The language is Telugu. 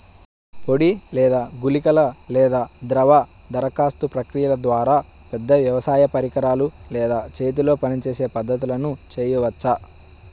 పొడి లేదా గుళికల లేదా ద్రవ దరఖాస్తు ప్రక్రియల ద్వారా, పెద్ద వ్యవసాయ పరికరాలు లేదా చేతితో పనిచేసే పద్ధతులను చేయవచ్చా?